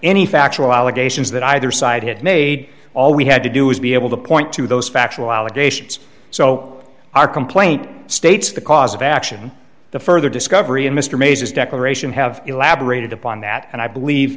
any factual allegations that either side had made all we had to do was be able to point to those factual allegations so our complaint states the cause of action the further discovery of mr mayes's declaration have elaborated upon that and i believe